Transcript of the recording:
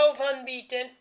unbeaten